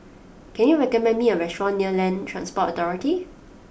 can you recommend me a restaurant near Land Transport Authority